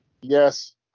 Yes